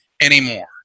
anymore